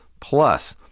plus